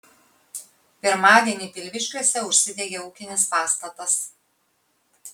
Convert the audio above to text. pirmadienį pilviškiuose užsidegė ūkinis pastatas